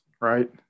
right